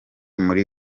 muri